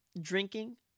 drinking